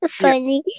funny